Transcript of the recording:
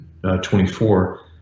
24